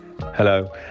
Hello